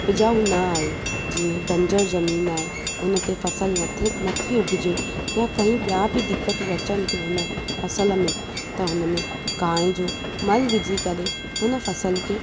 उपजाऊ न आहे जीअं बंजर ज़मीन आहे हुन ते फसल न थी न थी उगिजे यां कईं ॿिया बि दिक़तूं अचनि थियूं हुन फसल में त हुन में गांइ जो मलु विझी करे हुन फसल खे